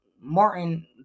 Martin